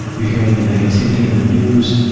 you're hearing the negativity in the news.